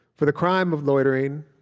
for the crime of loitering,